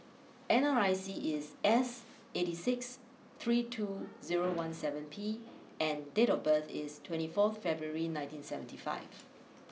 N R I C is S eighty six three two zero one seven P and date of birth is twenty four February nineteen seventy five